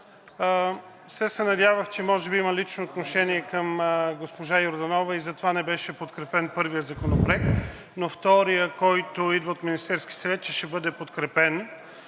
Все се надявах, че може би има лично отношение към госпожа Йорданова и затова не беше подкрепен първият законопроект, но вторият, който идва от Министерския съвет, че ще бъде подкрепен.